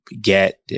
get